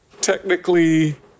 technically